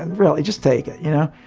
and really, just take it. you know?